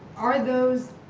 are those